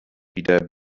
wieder